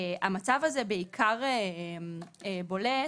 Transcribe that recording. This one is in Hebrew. המצב הזה בעיקר בולט,